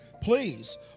please